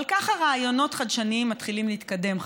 אבל ככה רעיונות חדשניים מתחילים להתקדם,